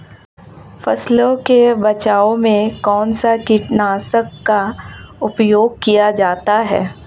फसलों के बचाव में कौनसा कीटनाशक का उपयोग किया जाता है?